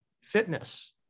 Fitness